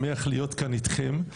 שמח להיות כאן איתכם,